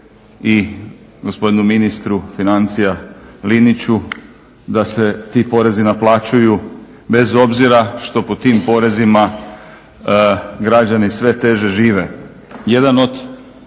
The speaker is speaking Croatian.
i gospodinu ministru financija Liniću da se ti porezi naplaćuju bez obzira što pod tim porezima građani sve teže žive.